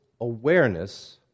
awareness